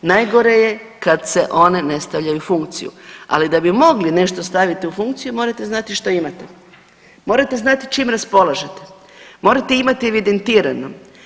Najgore je kad se one ne stavljaju u funkciju, ali da bi mogli nešto staviti u funkciju morate znati šta imate, morate znati čim raspolažete, morate imati evidentirano.